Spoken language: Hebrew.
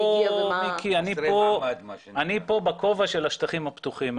הגיע ומה --- אני פה בכובע של השטחים הפתוחים.